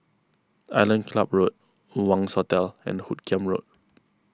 Island Club Road Wangz Hotel and Hoot Kiam Road